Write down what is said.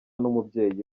n’umubyeyi